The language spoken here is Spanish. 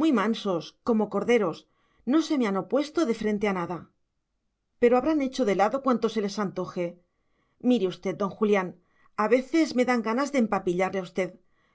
muy mansos como corderos no se me han opuesto de frente a nada pero habrán hecho de lado cuanto se les antoje mire usted don julián a veces me dan ganas de empapillarle a usted